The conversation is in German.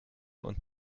und